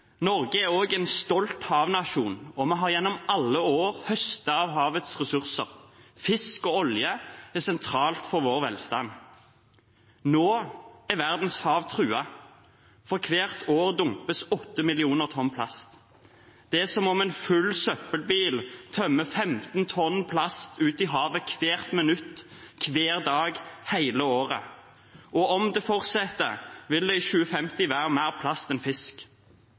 Norge er også en stolt havnasjon. Vi har gjennom alle år høstet av havets ressurser. Fisk og olje er sentralt for vår velstand. Nå er verdens hav truet, for hvert år dumpes 8 mill. tonn plast. Det er som om en full søppelbil tømmer 15 tonn plast ut i havet hvert minutt, hver dag, hele året. Om det fortsetter, vil det i 2050 være mer plast enn fisk.